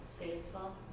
faithful